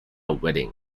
wedding